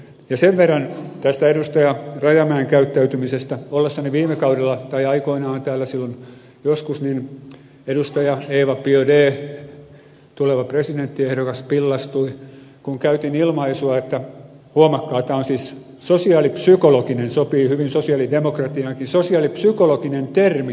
ja sen verran edustaja rajamäen käyttäytymisestä että ollessani täällä aikoinaan silloin joskus edustaja eva biaudet tuleva presidenttiehdokas pillastui kun käytin ilmaisua huomatkaa tämä on siis sosiaalipsykologinen sopii hyvin sosialidemokratiaankin sosiaalipsykologinen termi fasistinen metodi